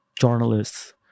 journalists